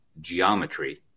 geometry